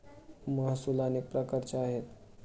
महसूल अनेक प्रकारचे आहेत